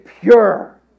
pure